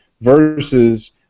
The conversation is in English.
versus